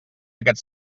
aquest